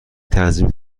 تنظیم